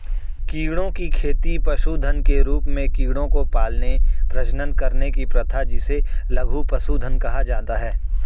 कीड़ों की खेती पशुधन के रूप में कीड़ों को पालने, प्रजनन करने की प्रथा जिसे लघु पशुधन कहा जाता है